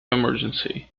emergency